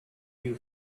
you